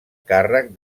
càrrec